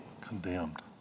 condemned